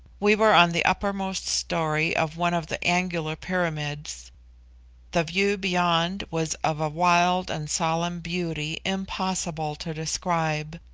we were on the uppermost story of one of the angular pyramids the view beyond was of a wild and solemn beauty impossible to describe